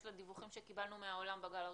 לדיווחים שקיבלנו מהעולם בגל הראשון.